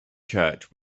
church